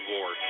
War